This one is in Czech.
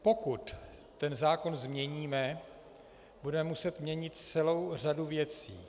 Pokud ten zákon změníme, budeme muset měnit celou řadu věcí.